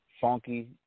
Funky